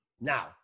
Now